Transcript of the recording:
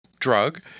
drug